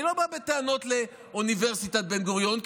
אני לא בא בטענות לאוניברסיטת בן-גוריון,